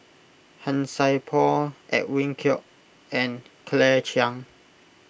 Han Sai Por Edwin Koek and Claire Chiang